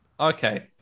Okay